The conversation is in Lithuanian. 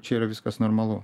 čia yra viskas normalu